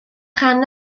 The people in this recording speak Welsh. rhan